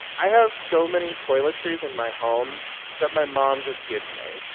i have so many toiletries in my home that my mom just gives me.